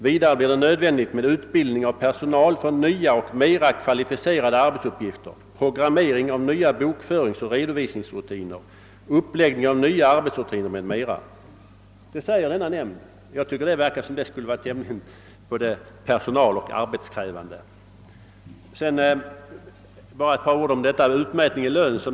Vidare att det blir nödvändigt med utbildning av personal för nya och mera kvalificerade arbetsuppgifter, programmering av nya bokföringsoch redovisningsrutiner, uppläggning av nya arbetsrutiner m.m.» Det säger alltså denna nämnd. Jag tycker att det verkar som om det skulle vara tämligen både personaloch arbetskrävande. Bara ett par ord om utmätning i lön.